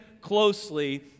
closely